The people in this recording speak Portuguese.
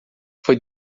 foi